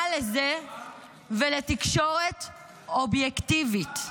מה לזה ולתקשורת אובייקטיבית?